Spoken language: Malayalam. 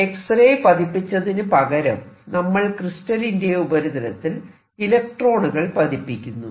എക്സ്റേ പതിപ്പിച്ചതിനു പകരം നമ്മൾ ക്രിസ്റ്റലിന്റെ ഉപരിതലത്തിൽ ഇലക്ട്രോണുകൾ പതിപ്പിക്കുന്നു